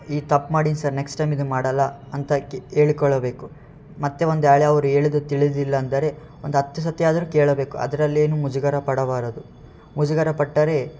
ಈ ತಪ್ಪು ಮಾಡೀನಿ ಸರ್ ನೆಕ್ಸ್ಟ್ ಟೈಮ್ ಇದು ಮಾಡಲ್ಲ ಅಂತಾಕಿ ಹೇಳಿಕೊಳ್ಳಬೇಕು ಮತ್ತು ಒಂದ್ವೇಳೆ ಅವರು ಹೇಳಿದ್ದು ತಿಳಿದಿಲ್ಲ ಅಂದರೆ ಒಂದು ಹತ್ತು ಸರ್ತಿ ಆದರು ಕೇಳಬೇಕು ಅದ್ರಲ್ಲಿ ಏನು ಮುಜುಗರ ಪಡಬಾರದು ಮುಜುಗರ ಪಟ್ಟರೆ